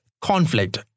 conflict